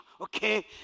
okay